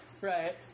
Right